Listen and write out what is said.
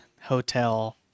hotel